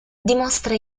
dimostra